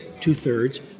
two-thirds